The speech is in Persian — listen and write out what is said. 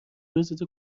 روزتو